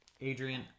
Adrian